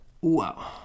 wow